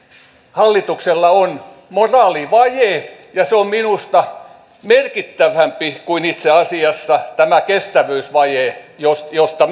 hallituksella on moraalivaje ja se on minusta merkittävämpi kuin itse asiassa tämä kestävyysvaje josta josta